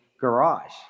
garage